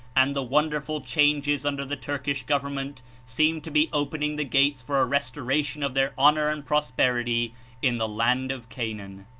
and the won derful changes under the turkish gov ernment seem to be opening the gates for a restoration of their honor and prosperity in the land of canaan.